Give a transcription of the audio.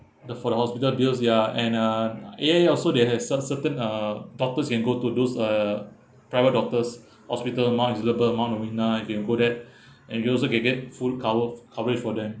the for the hospital bills ya and uh ya ya ya so they has cer~ certain uh doctors you can go to those uh private doctors hospital will include that and you also can get full cover~ coverage for that